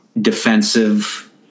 defensive